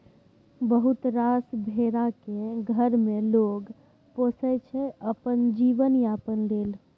बहुत रास भेरा केँ घर मे लोक पोसय छै अपन जीबन यापन लेल